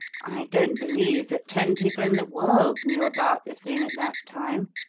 i don't believe that ten people in the world knew about the thing at that time.